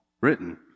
written